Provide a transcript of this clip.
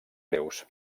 greus